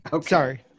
Sorry